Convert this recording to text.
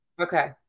Okay